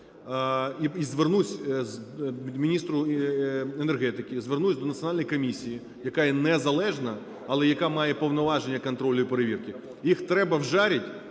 і звернусь до міністра енергетики, звернусь до національної комісії, яка є незалежна, але яка має повноваження контролю і перевірки. Їх треба "вжарить"